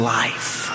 life